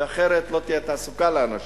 כי אחרת לא תהיה תעסוקה לאנשים.